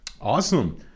awesome